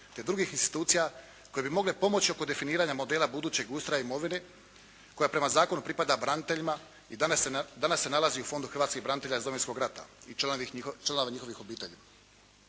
te drugih institucija koje bi mogle pomoći oko definiranja modela budućeg ustroja imovine koja prema zakonu pripada braniteljima i danas se nalazi u Fondu hrvatskih branitelja iz Domovinskog rata i članova njihovih obitelji,